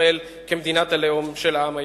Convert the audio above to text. בישראל כמדינת הלאום של העם היהודי.